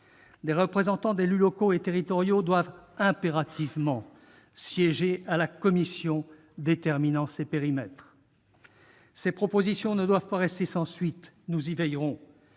Des représentants des élus locaux et territoriaux doivent impérativement siéger au sein de la commission déterminant ces périmètres. Ces propositions ne doivent pas rester sans suite : nous veillerons